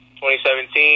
2017